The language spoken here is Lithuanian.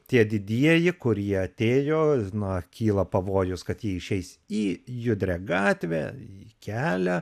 tie didieji kurie atėjo nuo kyla pavojus kad jie išeis į judrią gatvę į kelią